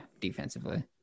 defensively